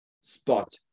spot